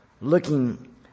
looking